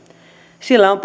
sillä on